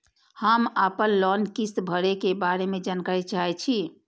हम आपन लोन किस्त भरै के बारे में जानकारी चाहै छी?